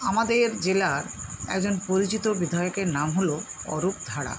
আমাদের জেলার একজন পরিচিত বিধায়কের নাম হল অরূপ ধারা